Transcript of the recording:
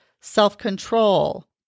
self-control